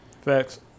Facts